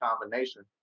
combination